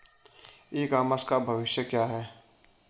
ई commerce का भविष्य क्या है?